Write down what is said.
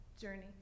journey